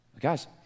Guys